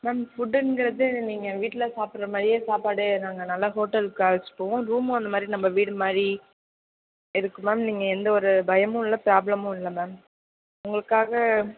ma'am ஃபுட்டுங்கிறது நீங்கள் வீட்டில சாப்பிட்ற மாதிரியே சாப்பாடு நாங்கள் நல்லா ஹோட்டலுக்கு அழைச்சிகிட்டு போவோம் ரூமும் அந்த மாதிரி நம்ம வீடு மாதிரி இருக்கும் மேம் நீங்கள் எந்த ஒரு பயமும் இல்லை ப்ராப்ளமும் இல்லை மேம் உங்களுக்காக